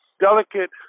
delicate